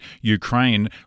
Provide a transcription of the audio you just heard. Ukraine